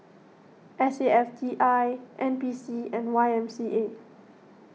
S A F T I N P C and Y M C A